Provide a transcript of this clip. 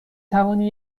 توانی